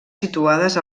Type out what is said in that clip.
situades